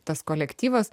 tas kolektyvas